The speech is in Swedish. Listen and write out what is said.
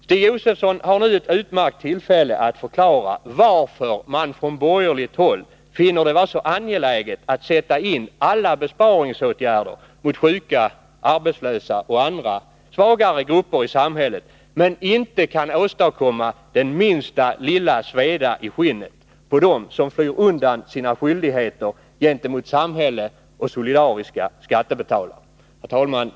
Stig Josefson har nu ett utmärkt tillfälle att förklara varför man från borgerligt håll finner det så angeläget att sätta in alla besparingsåtgärder mot sjuka, arbetslösa och andra svagare grupper i samhället samtidigt som man inte kan åstadkomma minsta lilla sveda i skinnet på dem som flyr undan från sina skyldigheter gentemot samhälle och solidariska skattebetalare. Herr talman!